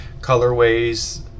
colorways